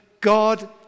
God